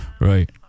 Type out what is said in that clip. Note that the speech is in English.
Right